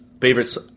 favorites